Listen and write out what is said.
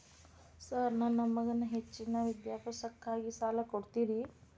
Sir ನನ್ನ ಮಗನ ಹೆಚ್ಚಿನ ವಿದ್ಯಾಭ್ಯಾಸಕ್ಕಾಗಿ ಸಾಲ ಕೊಡ್ತಿರಿ?